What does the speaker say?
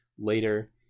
later